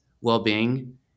well-being